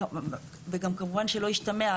כמובן שלא ישתמע,